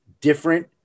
different